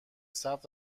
ثبت